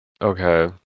Okay